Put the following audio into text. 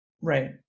right